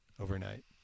overnight